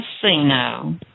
casino